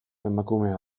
emakumea